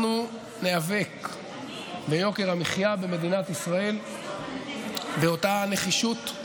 אנחנו ניאבק ביוקר המחיה במדינת ישראל באותה נחישות,